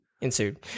Ensued